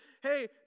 hey